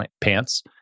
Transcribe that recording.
pants